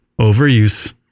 overuse